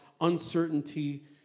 uncertainty